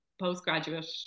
postgraduate